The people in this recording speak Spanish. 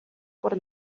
por